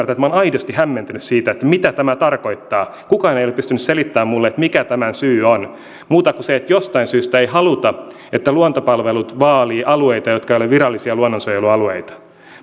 olen aidosti hämmentynyt siitä mitä tämä tarkoittaa kukaan ei ole pystynyt selittämään minulle mikä tämän syy on muuta kuin se että jostain syystä ei haluta että luontopalvelut vaalii alueita jotka eivät ole virallisia luonnonsuojelualueita